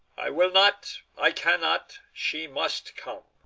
i will not i cannot she must come!